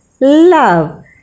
love